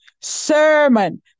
sermon